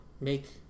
make